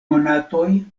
monatoj